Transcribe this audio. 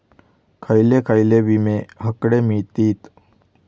खयले खयले विमे हकडे मिळतीत?